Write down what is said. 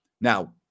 Now